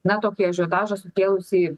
na tokį ažiotažą sukėlusį